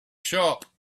sharp